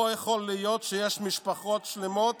לא יכול להיות שיש משפחות שלמות